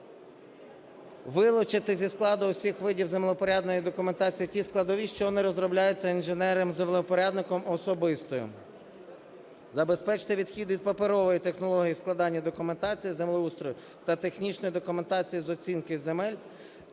Вилучити зі складу всіх видів землевпорядної документації ті складові, що не розробляються інженером-землевпорядником особисто. Забезпечити відхід від паперової технології складання документації землеустрою та технічної документації з оцінки земель.